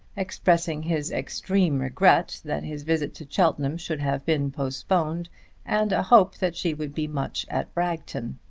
expressing his extreme regret that his visit to cheltenham should have been postponed and a hope that she would be much at bragton.